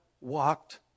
walked